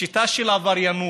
בשיטה של עבריינות,